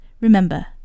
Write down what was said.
remember